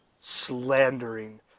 slandering